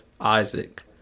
Isaac